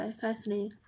fascinating